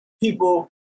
people